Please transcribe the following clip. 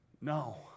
no